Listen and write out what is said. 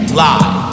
live